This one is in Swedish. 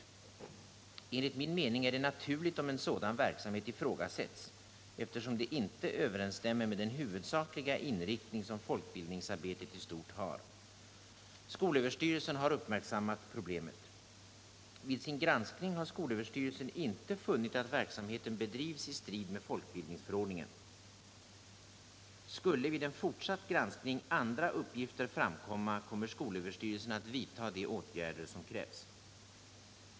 En = till folkbildningsorligt min mening är det naturligt om en sådan verksamhet ifrågasätts, — ganisationerna eftersom den inte överensstämmer med den huvudsakliga inriktning som folkbildningsarbetet i stort har. Skolöverstyrelsen har uppmärksammat problemet. Vid sin granskning har skolöverstyrelsen inte funnit att verksamheten bedrivs i strid med folkbildningsförordningen. Skulle — vid en fortsatt granskning — andra uppgifter framkomma, kommer skolöverstyrelsen att vidta de åtgärder som krävs.